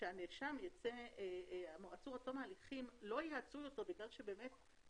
שהעצור עד תום ההליכים לא יהיה עצור יותר בגלל שמשפטו